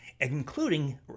including